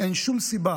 אין שום סיבה